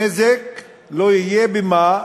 נזק לא יהיה במה?